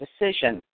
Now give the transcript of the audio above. decision